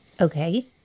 Okay